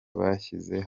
bashyize